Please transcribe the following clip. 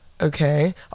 okay